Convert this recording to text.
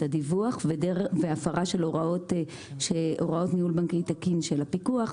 את הדיווח והפרה של הוראות ניהול בנקאי תקין של הפיקוח,